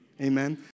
Amen